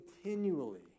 continually